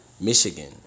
Michigan